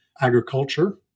agriculture